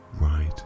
right